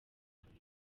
babiri